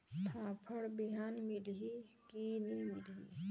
फाफण बिहान मिलही की नी मिलही?